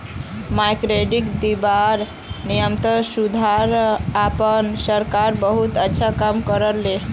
microcredit दीबार नियमत सुधार आने सरकार बहुत अच्छा काम कर ले